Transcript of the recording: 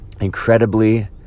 Incredibly